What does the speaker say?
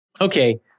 Okay